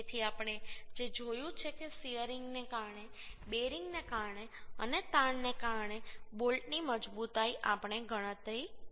તેથી આપણે જે જોયું છે કે શીયરિંગને કારણે બેરિંગને કારણે અને તાણને કારણે બોલ્ટની મજબૂતાઈ આપણે ગણતરી કરી છે